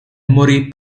morì